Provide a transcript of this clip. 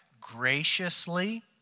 graciously